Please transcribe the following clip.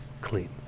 clean